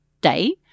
day